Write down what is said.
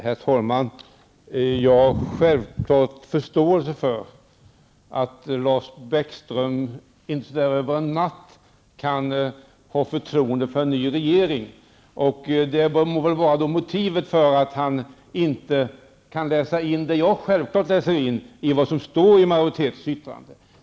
Herr talman! Jag har självfallet förståelse för att Lars Bäckström inte över en natt kan ha förtroende för en ny regering. Det må vara motivet för att han inte kan läsa in det jag på ett självklart sätt läser in i det som står i majoritetens yttrande.